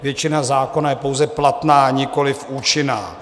Většina zákona je pouze platná, nikoliv účinná.